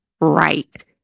right